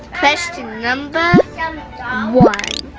question number one,